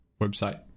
website